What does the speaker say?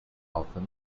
often